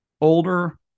older